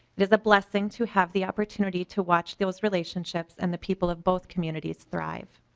it is a blessing to have the opportunity to watch those relationships and the people of both communities thriv.